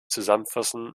zusammenfassen